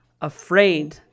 afraid